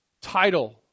title